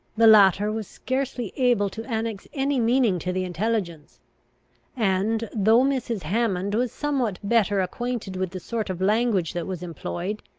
the latter was scarcely able to annex any meaning to the intelligence and, though mrs. hammond was somewhat better acquainted with the sort of language that was employed,